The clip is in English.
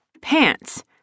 Pants